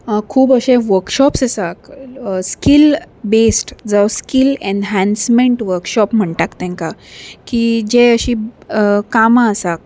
खूब अशे वर्कशॉप्स आसात स्कील बेस्ड जावं स्कील ऍनहानन्समँट वर्कशॉप म्हणटात तेंकां की जे अशीं कामां आसात